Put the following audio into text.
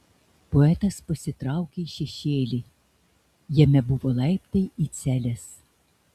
poetas pasitraukė į šešėlį jame buvo laiptai į celes